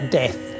death